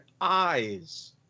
eyes